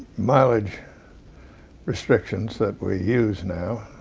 mileage restrictions that we use now,